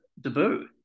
debut